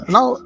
Now